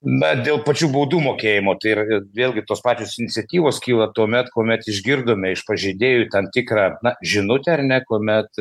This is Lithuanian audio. na dėl pačių baudų mokėjimo tai ir vėlgi tos pačios iniciatyvos kyla tuomet kuomet išgirdome iš pažeidėjų tam tikrą žinutę ar ne kuomet